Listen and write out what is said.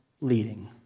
leading